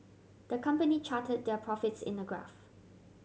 the company charted their profits in a graph